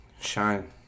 shine